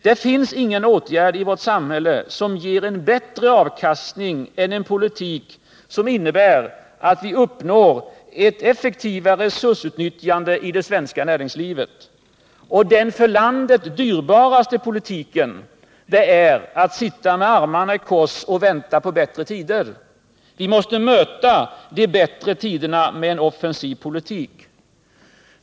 Det finns ingen åtgärd i vårt samhälle som ger en bättre avkastning än en politik som innebär att vi uppnår ett effektivare resursutnyttjande i det svenska näringslivet. Den för landet dyrbaraste politiken är att nu sitta med armarna i kors och vänta på bättre tider. Vi måste möta de bättre tiderna med en offensiv politik.